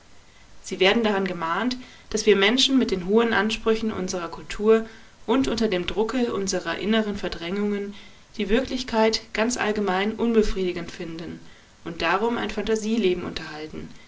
sie werden daran gemahnt daß wir menschen mit den hohen ansprüchen unserer kultur und unter dem drucke unserer inneren verdrängungen die wirklichkeit ganz allgemein unbefriedigend finden und darum ein phantasieleben unterhalten